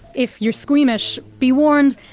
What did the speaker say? if you're squeamish, be warned,